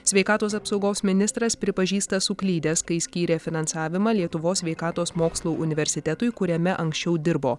sveikatos apsaugos ministras pripažįsta suklydęs kai skyrė finansavimą lietuvos sveikatos mokslų universitetui kuriame anksčiau dirbo